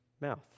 mouth